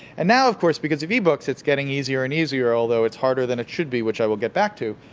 and now, of course, because of e-books, it's getting easier and easier, although it's harder than it should be which i will get back to.